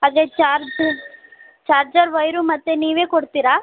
ಅದೆ charge charger wire ಮತ್ತು ನೀವೇ ಕೊಡ್ತೀರಾ